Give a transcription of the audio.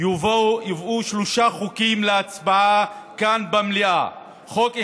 יובאו שלושה חוקים להצבעה כאן במליאה: חוק אחד,